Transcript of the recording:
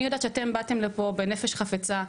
אני יודעת שאתם באתם לפה בנפש חפצה.